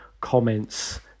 comments